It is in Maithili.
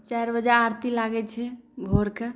चारि बजे आरती लागै छै भोरके